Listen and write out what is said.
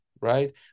right